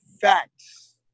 facts